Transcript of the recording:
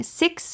six